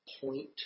point